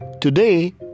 today